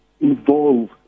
involve